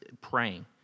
praying